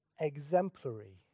exemplary